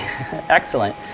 Excellent